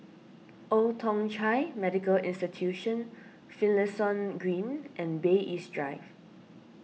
Old Thong Chai Medical Institution Finlayson Green and Bay East Drive